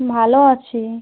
ভালো আছি